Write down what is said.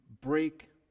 break